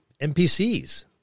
NPCs